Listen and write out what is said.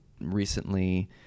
recently